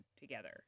together